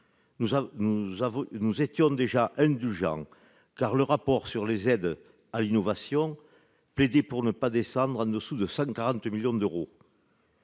Nous étions déjà indulgents, car le rapport sur les aides à l'innovation plaidait pour ne pas descendre en deçà de 140 millions d'euros.